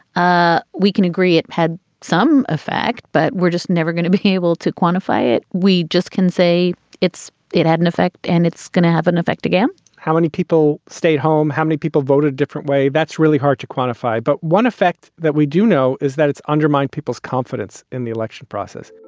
ah we can agree it had some effect, but we're just never going to be able to quantify it. we just can say it's it had an effect and it's going to have an effect again how many people stayed home? how many people voted different way? that's really hard to quantify. but one effect that we do know is that it's undermined people's confidence in the election process